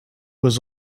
was